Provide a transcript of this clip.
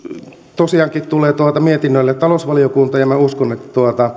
tosiaankin tulevat mietinnölle talousvaliokuntaan ja minä uskon että